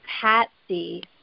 Patsy